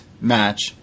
match